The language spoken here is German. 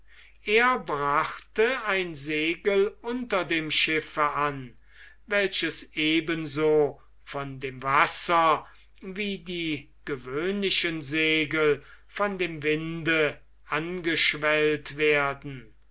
er brachte ein segel unter dem schiffe an welches eben so von dem wasser wie die gewöhnlichen segel von dem winde angeschwellt werden